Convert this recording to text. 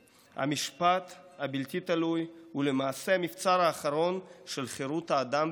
המשפט הבלתי-תלוי הוא למעשה המבצר האחרון של חירות האדם בימינו.